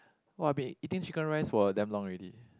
!wah! been eating chicken rice for damn long already